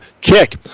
kick